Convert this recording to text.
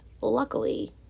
luckily